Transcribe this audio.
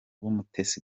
w’umutesi